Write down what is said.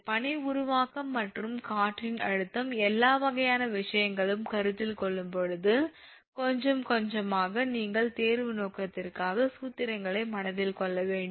பனி உருவாக்கம் மற்றும் காற்றின் அழுத்தம் எல்லா வகையான விஷயங்களையும் கருத்தில் கொள்ளும்போது கொஞ்சம் கொஞ்சமாக நீங்கள் தேர்வு நோக்கத்திற்காக சூத்திரங்களை மனதில் கொள்ள வேண்டும்